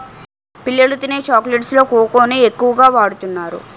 పిల్లలు తినే చాక్లెట్స్ లో కోకాని ఎక్కువ వాడుతున్నారు